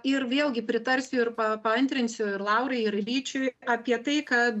ir vėlgi pritarsiu ir pa paantrinsiu ir laurai ir ryčiui apie tai kad